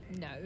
No